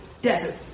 desert